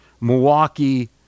Milwaukee